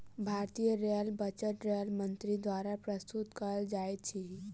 भारतीय rail budget rail मंत्री द्वारा प्रस्तुत कयल जाइत अछि